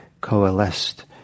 coalesced